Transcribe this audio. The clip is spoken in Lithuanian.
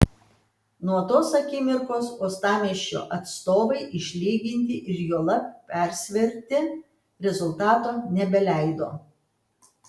nuo tos akimirkos uostamiesčio atstovai išlyginti ir juolab persverti rezultato nebeleido